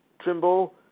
Trimble